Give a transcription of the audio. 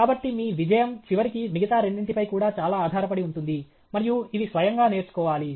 కాబట్టి మీ విజయం చివరికి మిగతా రెండింటిపై కూడా చాలా ఆధారపడి ఉంటుంది మరియు ఇవి స్వయంగా నేర్చుకోవాలి